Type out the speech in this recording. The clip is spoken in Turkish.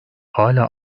hâlâ